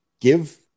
give